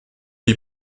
die